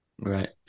Right